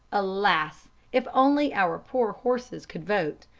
alas! if only our poor horses could vote,